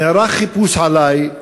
נערך עלי חיפוש,